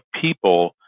people